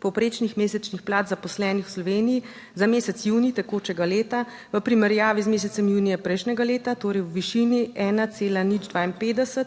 povprečnih mesečnih plač zaposlenih v Sloveniji za mesec junij tekočega leta v primerjavi z mesecem junijem prejšnjega leta, torej v višini 1,052.